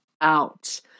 out